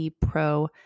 Pro